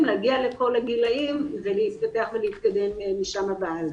להגיע לכל הגילים ולהתפתח ולהתקדם משם והלאה.